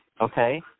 Okay